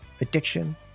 addiction